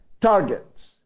targets